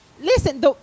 listen